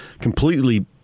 completely